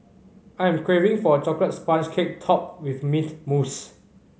I am craving for a chocolate sponge cake topped with mint mousse